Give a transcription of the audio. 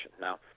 Now